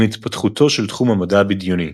עם התפתחותו של תחום המדע הבדיוני.